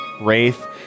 Wraith